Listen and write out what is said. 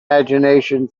imgination